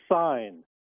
sign